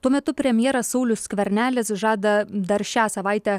tuo metu premjeras saulius skvernelis žada dar šią savaitę